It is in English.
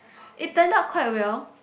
it turned out quite well